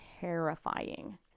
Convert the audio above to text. terrifying